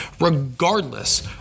regardless